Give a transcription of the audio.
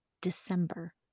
December